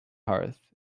hearth